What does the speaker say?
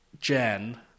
Jen